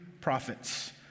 prophets